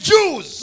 Jews